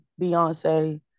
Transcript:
Beyonce